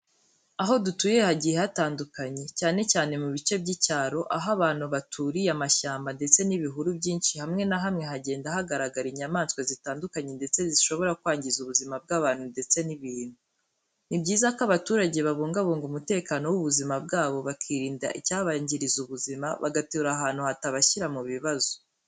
Aho dutuye hagiye hatandukanye cyane cyane mu bice by'icyaro, aho abantu baturiye amashyamba ndetse n'ibihuru byinshi hamwe na hamwe hagenda hagaragara inyamaswa zitandukanye ndetse n'izishobora kwangiza ubuzima bw'abantu ndetse n'ibintu. Ni byiza ko abaturage babungabunga umutekano w'ubuzima bwabo, bakirinda icyabangiriza ubuzima bagatura ahantu hatabashyira mu bibazo.